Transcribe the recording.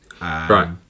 Right